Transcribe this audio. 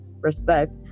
respect